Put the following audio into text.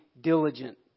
diligent